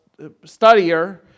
studier